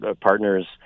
partners